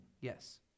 Yes